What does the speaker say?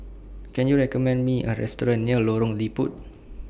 Can YOU recommend Me A Restaurant near Lorong Liput